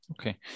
Okay